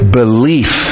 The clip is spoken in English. belief